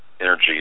energy